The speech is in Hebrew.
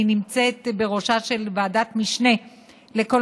אני נמצאת בראשה של ועדת משנה לכל